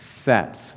set